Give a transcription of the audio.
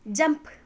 jump